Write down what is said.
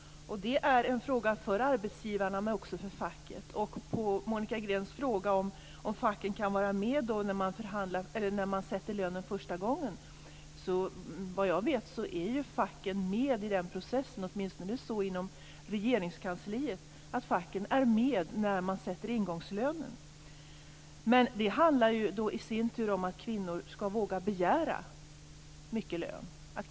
Det är en fråga för arbetsgivarna men också för facken. Monica Green frågade om facken kan vara med när man sätter lönen första gången. Såvitt jag vet är facken med i den processen. Åtminstone inom Regeringskansliet är facken med när man sätter ingångslönen. Det handlar i sin tur också om att kvinnor skall våga begära mycket i lön.